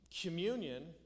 Communion